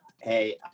hey